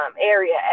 area